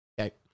Okay